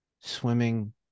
swimming